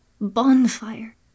bonfire